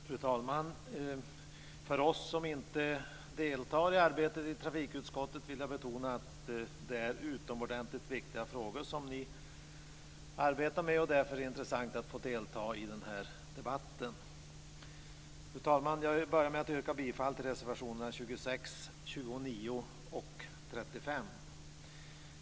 Fru talman! För oss som inte deltar i arbetet i trafikutskottet vill jag betona att det är utomordentligt viktiga frågor som utskottet arbetar med. Därför är det intressant att få delta i debatten. Fru talman! Jag vill börja med att yrka bifall till reservationerna 26, 29 och 35.